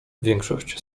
większość